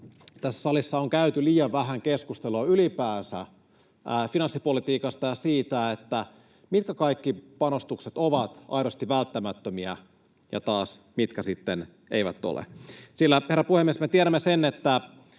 tässä salissa on käyty liian vähän keskustelua ylipäänsä finanssipolitiikasta ja siitä, mitkä kaikki panostukset ovat aidosti välttämättömiä ja mitkä taas sitten eivät ole. Sillä, herra puhemies, me tiedämme sen, että